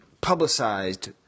publicized